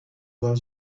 while